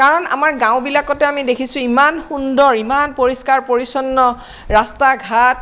কাৰণ আমাৰ গাওঁ বিলাকতো আমি দেখিছোঁ ইমান সুন্দৰ ইমান পৰিষ্কাৰ পৰিচ্ছন্ন ৰাস্তা ঘাট